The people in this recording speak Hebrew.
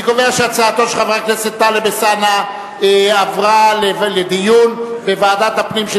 אני קובע שהצעתו של חבר הכנסת טלב אלסאנע עברה לדיון בוועדת הפנים של